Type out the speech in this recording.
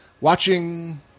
Watching